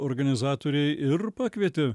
organizatoriai ir pakvietė